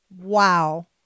Wow